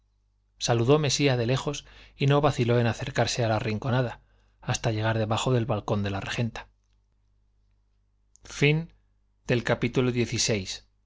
saludó mesía de lejos y no vaciló en acercarse a la rinconada hasta llegar debajo del balcón de la regenta